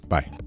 Bye